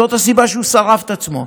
זאת הסיבה שהוא שרף את עצמו.